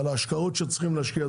על ההשקעות שצריכים להשקיע.